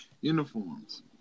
uniforms